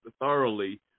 thoroughly